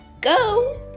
go